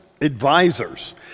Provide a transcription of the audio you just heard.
advisors